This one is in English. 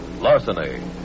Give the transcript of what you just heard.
larceny